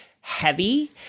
heavy